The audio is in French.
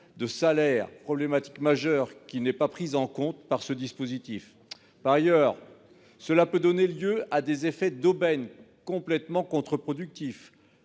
de salaires, problématiques majeures qui ne sont pas prises en compte par ce dispositif. Par ailleurs, celui-ci pourrait donner lieu à des effets d'aubaine complètement contre-productifs.